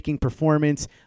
performance